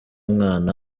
umwana